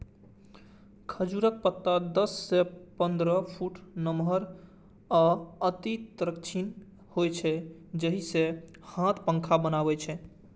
खजूरक पत्ता दस सं पंद्रह फुट नमहर आ अति तीक्ष्ण होइ छै, जाहि सं हाथ पंखा बनै छै